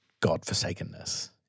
God-forsakenness